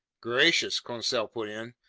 gracious! conseil put in.